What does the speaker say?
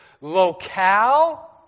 locale